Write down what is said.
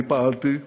אני פעלתי,